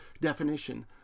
definition